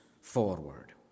forward